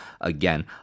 again